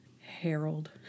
Harold